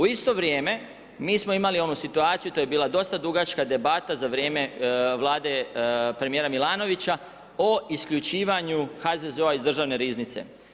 U isto vrijeme mi smo imali onu situaciju to je bila dosta dugačka debata za vrijeme vlade premijera Milanovića o isključivanju HZZO-a iz državne riznice.